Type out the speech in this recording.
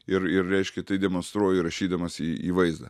ir ir reiškia tai demonstruoju įrašydamas į į vaizdą